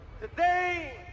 Today